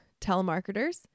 telemarketers